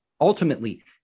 ultimately